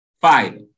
Five